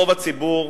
רוב הציבור,